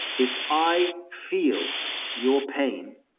if i feel your pain,